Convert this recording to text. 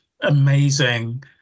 amazing